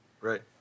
Right